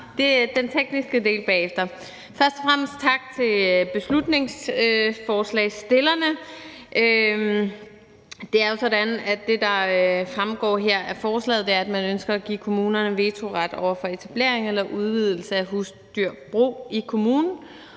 Miljøministeren (Lea Wermelin): Først og fremmest tak til beslutningsforslagsstillerne. Det er jo sådan, at det, der her fremgår af forslaget, er, at man ønsker at give kommunerne vetoret over for etablering eller udvidelse af husdyrbrug i kommunen